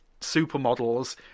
supermodels